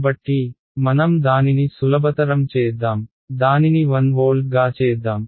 కాబట్టి మనం దానిని సులభతరం చేద్దాం దానిని 1 వోల్ట్గా చేద్దాం